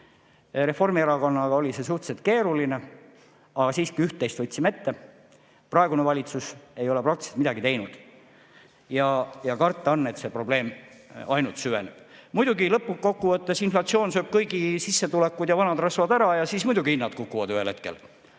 Reformierakonnaga oli see suhteliselt keeruline, aga siiski üht-teist võtsime ette. Praegune valitsus ei ole praktiliselt midagi teinud ja karta on, et see probleem ainult süveneb. Muidugi, lõppkokkuvõttes sööb inflatsioon kõigi sissetulekud ja vana rasva ära ning siis hinnad ühel hetkel